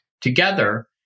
together